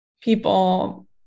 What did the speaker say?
people